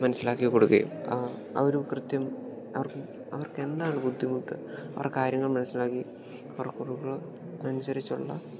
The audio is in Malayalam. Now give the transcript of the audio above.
മനസ്സിലാക്കി കൊടുക്കുകയും ആ ഒരു കൃത്യം അവർക്ക് അവർക്കെന്താണ് ബുദ്ധിമുട്ട് അവർ കാര്യങ്ങൾ മനസ്സിലാക്കി അവരുടെ കുറവുകൾ അനുസരിച്ച് ഉള്ള